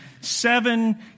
seven